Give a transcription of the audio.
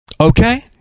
Okay